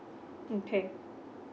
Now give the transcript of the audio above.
okay